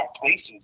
places